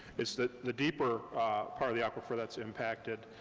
it's the the deeper part of the aquifer that's impacted,